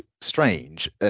strange